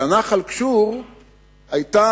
אלא נח"ל גשור היתה,